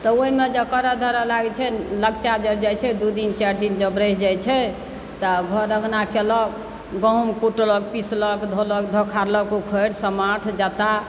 तऽ ओहिमे जे करऽ धरऽ लागैत छै ने लगिचा जब जाइत छै दू दिन चारि दिन जब रहि जाइत छै तऽ घर अङ्गना कयलक गहूँम कुटलक पिसलक धोलक धोखारलक उखड़ि समाठ जत्ता